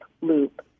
Loop